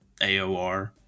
AOR